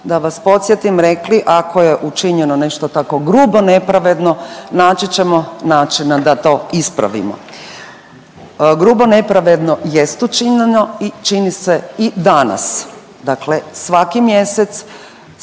da vas podsjetim rekli ako je učinjeno nešto tako grubo nepravedno naći ćemo načina da to ispravimo. Grubo nepravedno jest učinjeno i čini se i danas, dakle svaki mjesec